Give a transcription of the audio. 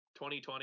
2020